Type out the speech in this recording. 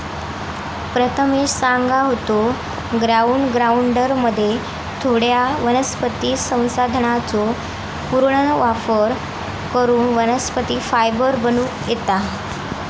प्रथमेश सांगा होतो, ग्राउंड ग्राइंडरमध्ये थोड्या वनस्पती संसाधनांचो पुनर्वापर करून वनस्पती फायबर बनवूक येता